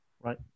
right